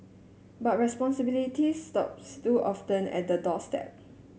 but responsibility stops too often at the doorstep